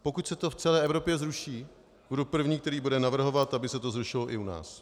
Pokud se to v celé Evropě zruší, budu první, který bude navrhovat, aby se to zrušilo i u nás.